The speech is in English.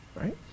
right